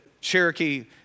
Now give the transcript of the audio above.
Cherokee